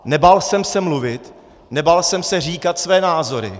Nebál jsem se mluvit, nebál jsem se říkat své názory.